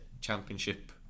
championship